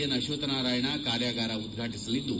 N Akshatha Narayana ಕಾರ್ಯಾಗಾರ ಉದ್ವಾಟಸಲಿದ್ದು